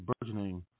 burgeoning